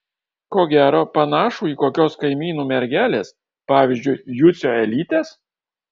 ko gero panašų į kokios kaimynų mergelės pavyzdžiui jucio elytės